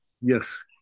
Yes